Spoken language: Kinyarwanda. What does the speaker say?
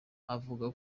avuga